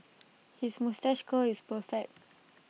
his moustache curl is perfect